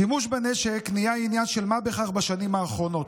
שימוש בנשק נהיה עניין של מה בכך בשנים האחרונות.